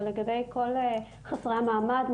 ולגבי כל חסרי המעמד,